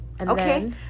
Okay